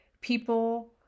people